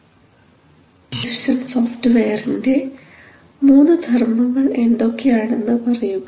data acquisition സോഫ്റ്റ്വെയറിന്റെ 3 ധർമ്മങ്ങൾ എന്തൊക്കെ ആണെന്ന് പറയുക